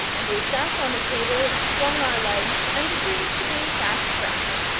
and we sat on the table and swung our legs and agreed to be fast friends.